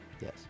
Yes